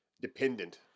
dependent